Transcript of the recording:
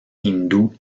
hindú